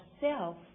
self